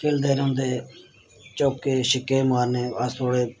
खेलदे रौंह्दे चौके छिक्के मारने अस थोह्ड़े